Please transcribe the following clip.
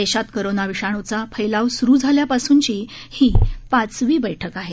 देशात कोरोना विषाणूचा फैलाव सुरू झाल्यापासूनची ही पाचवी बैठक आहे